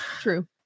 True